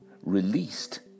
released